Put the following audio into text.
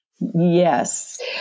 Yes